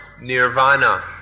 Nirvana